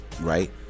right